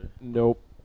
Nope